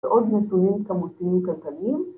‫ועוד נתונים כמותיים קטנים.